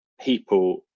people